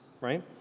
right